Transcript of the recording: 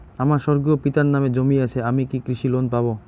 আমার স্বর্গীয় পিতার নামে জমি আছে আমি কি কৃষি লোন পাব?